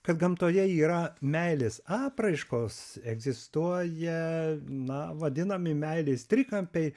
kad gamtoje yra meilės apraiškos egzistuoja na vadinami meilės trikampiai